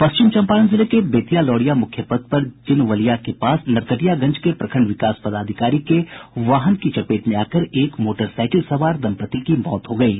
पश्चिम चंपारण जिले के बेतिया लौरिया मुख्य पथ पर जिनवलिया के पास नरकटियागंज के प्रखंड विकास पदाधिकारी के वाहन की चपेट में आकर एक मोटरसाईकिल सवार दंपति की मौत हो गयी